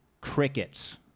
crickets